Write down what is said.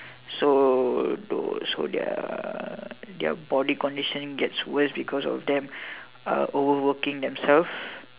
so so their their body conditions get worse because of them uh overworking themselves